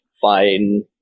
fine